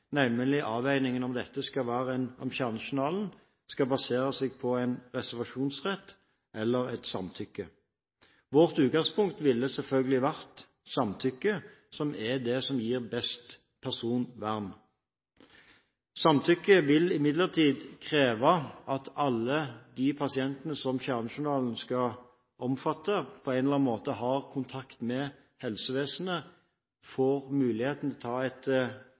nemlig avveiningen om hvorvidt kjernejournalen skal basere seg på en reservasjonsrett eller et samtykke. Vårt utgangspunkt ville selvfølgelig vært samtykke, som er det som gir best personvern. Samtykke vil imidlertid kreve at alle de pasientene kjernejournalen skal omfatte, på en eller annen måte har kontakt med helsevesenet for å få mulighet til å